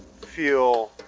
feel